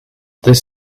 this